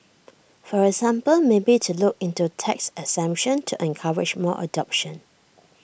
for example maybe to look into tax exemption to encourage more adoption